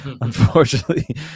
unfortunately